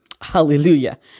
Hallelujah